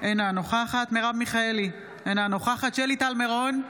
אינה נוכחת מרב מיכאלי, אינה נוכחת שלי טל מירון,